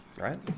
right